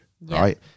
right